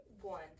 one